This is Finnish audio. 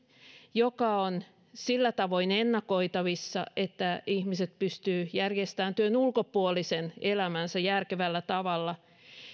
joka on sillä tavoin ennakoitavissa että ihmiset pystyvät järjestämään työn ulkopuolisen elämänsä järkevällä tavalla